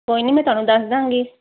ਕੋਈ ਨੀ ਮੈਂ ਤੁਹਾਨੂੰ ਦੱਸ ਦਵਾਂਗੀ